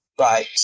Right